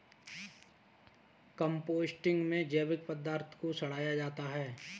composting में जैविक पदार्थ को सड़ाया जाता है